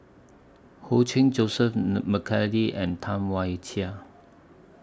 Ho Ching Joseph Mcnally and Tam Wai Jia